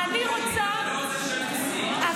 אם אני לא רוצה לשלם מיסים, אז מה?